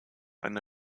eine